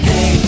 Hey